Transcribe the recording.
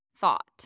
thought